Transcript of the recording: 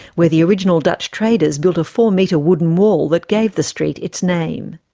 where the original dutch traders built a four-metre wooden wall that gave the street its name.